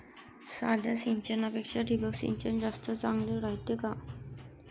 साध्या सिंचनापेक्षा ठिबक सिंचन जास्त चांगले रायते